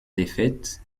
défaites